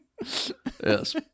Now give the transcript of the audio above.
Yes